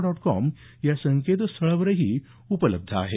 dot com या संकेतस्थळावरही उपलब्ध आहे